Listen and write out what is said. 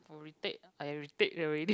oh retake I retake already